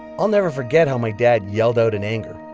i'll never forget how my dad yelled out in anger.